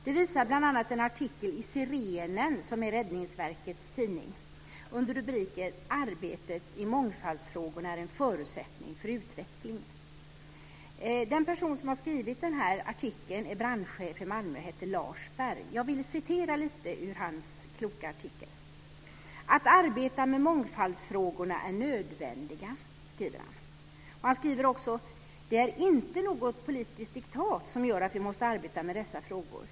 Det visar bl.a. en artikel i Sirenen, som är Räddningsverkets tidning, under rubriken "Arbetet i mångfaldsfrågorna är en förutsättning för utveckling". Den person som har skrivit den här artikeln är brandchef i Malmö och heter Lars Berg. Jag vill citera lite ur hans kloka artikel. "Att arbeta med mångfaldsfrågorna är nödvändigt", skriver han. Han skriver också: "Det är inte något politiskt diktat som gör att vi måste arbeta med dessa frågor.